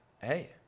Hey